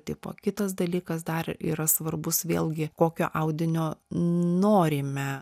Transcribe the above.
tipo kitas dalykas dar yra svarbus vėlgi kokio audinio norime